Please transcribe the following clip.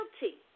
guilty